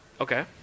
Okay